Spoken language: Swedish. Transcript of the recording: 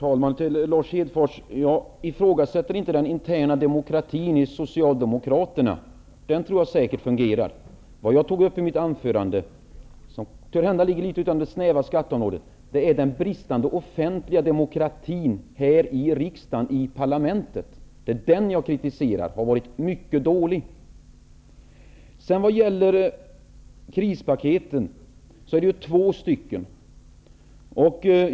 Herr talman! Jag ifrågasätter inte den interna demokratin inom socialdemokratin -- den tror jag säkerligen fungerar. Vad jag tog upp i mitt anförande -- det ligger kanske något utanför det snäva skatteområdet -- var den bristande offentliga demokratin här i riksdagen, i parlamentet. Det var denna bristande demokrati jag kritiserade. Krispaketen är ju två till antalet.